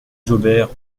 jaubert